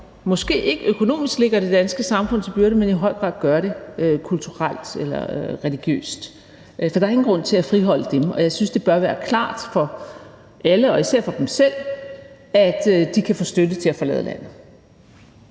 måske ikke økonomisk ligger det danske samfund til byrde, men i høj grad gør det kulturelt eller religiøst, for der er ingen grund til at friholde dem, og jeg synes, det bør være klart for alle, og især for dem selv, at de kan få støtte til at forlade landet.